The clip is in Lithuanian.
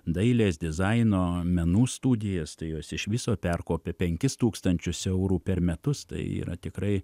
dailės dizaino menų studijas tai jos iš viso perkopia penkis tūkstančius eurų per metus tai yra tikrai